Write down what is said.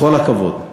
בכל הכבוד,